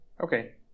Okay